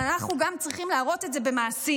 אבל אנחנו גם צריכים להראות את זה במעשים.